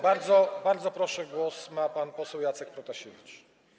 Bardzo proszę, głos ma pan poseł Jacek Protasiewicz.